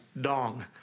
dong